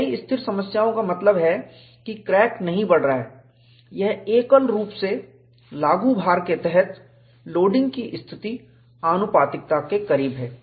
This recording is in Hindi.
कई स्थिर समस्याओं का मतलब है कि क्रैक नहीं बढ़ रहा है एक एकल रूप से लागू भार के तहत लोडिंग की स्थिति आनुपातिकता के करीब है